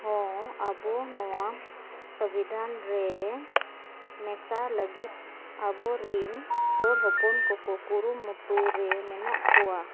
ᱦᱚᱸ ᱟᱵᱚ ᱱᱚᱣᱟ ᱥᱚᱝᱵᱤᱫᱷᱟᱱᱨᱮ ᱢᱮᱥᱟ ᱞᱟᱹᱜᱤᱫ ᱟᱵᱚᱨᱮᱱ ᱦᱚᱲ ᱦᱚᱯᱚᱱᱠᱚᱠᱚ ᱠᱩᱨᱩᱢᱩᱴᱩᱨᱮ ᱢᱮᱱᱟᱜ ᱠᱚᱣᱟ